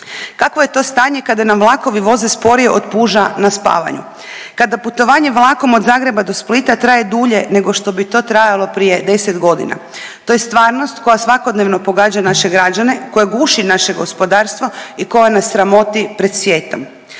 Kakvo je to stanje kada nam vlakovi voze sporije od puža na spavanju, kada putovanje vlakom od Zagreba do Splita traje dulje nego što bi to trajalo prije deset godina. To je stvarnost koja svakodnevno pogađa naše građane, koja guši naše gospodarstvo i koja nas sramoti pred svijetom.